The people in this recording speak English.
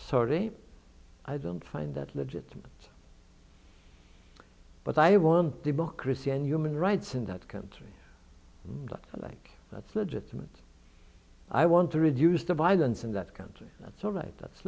sorry i don't find that legit but i want democracy and human rights in that country and i think that's legitimate i want to reduce the violence in that country that's all night that's